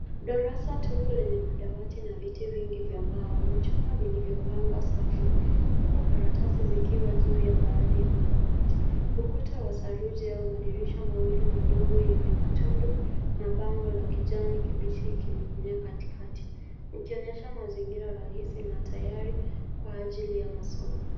Darasa tupu lenye madawati na viti vingi vya mbao na chuma vilivyopangwa safu huku karatasi zikiwa juu ya baadhi ya madawati. Ukuta wa saruji na dirisha mawili madogo yenye matondo na bango la kijani kibichi ikining'inia katikati, ikionyesha mazingira rahisi na tayari kwa ajili ya masomo.